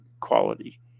quality